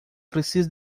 preciso